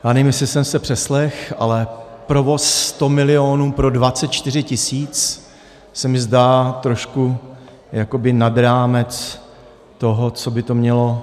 Nevím, jestli jsem se přeslechl, ale provoz 100 milionů pro 24 tisíc se mi zdá trošku jakoby nad rámec toho, co by to mělo...